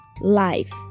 Life